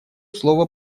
слова